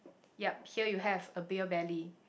ya here you have a beer belly